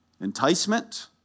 Enticement